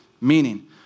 Meaning